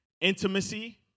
intimacy